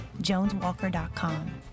joneswalker.com